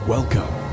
Welcome